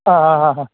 ആ ആ ആ ഹാ